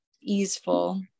easeful